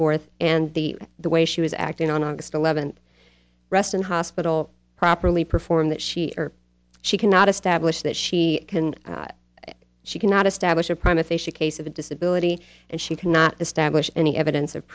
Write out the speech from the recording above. fourth and the the way she was acting on august eleventh reston hospital properly performed that she or she cannot establish that she can she cannot establish a prime if they she case of a disability and she cannot establish any evidence o